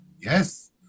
Yes